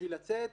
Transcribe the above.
בשביל לצאת,